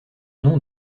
nom